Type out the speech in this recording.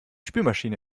spülmaschine